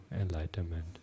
enlightenment